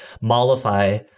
mollify